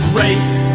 race